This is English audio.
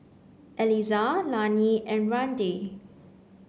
Elizah Lannie and Randi